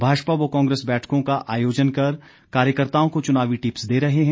भाजपा व कांग्रेस बैठकों का आयोजन कर कार्यकर्ताओं को चुनावी टिप्स दे रहे हैं